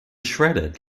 shredded